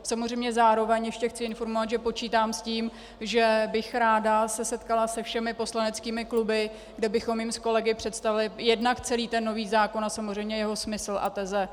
Samozřejmě zároveň ještě chci informovat, že počítám s tím, že bych se ráda setkala se všemi poslaneckými kluby, kde bychom jim s kolegy představili jednak celý nový zákon a samozřejmě jeho smysl a teze.